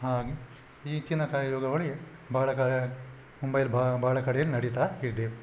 ಹಾಗೆ ಈಚಿನ ಕೆಲವು ಯೋಗಗಳಿಗೆ ಭಾಳ ಕ ಮುಂಬೈಯಲ್ಲಿ ಭಾಳ ಕಡೆಯಲ್ಲಿ ನಡಿತಾ ಇದೆ